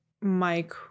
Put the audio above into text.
Mike